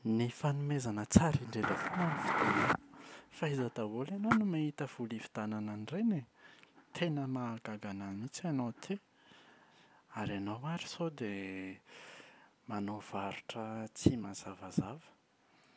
Ny fanomezana tsara indrindra fa aiza daholo ianao no mahita vola hividianana an’ireny e? Tena mahagaga ana mihitsy ianao ity. Ary ianao ary sao dia manao varotra tsy mazavazava?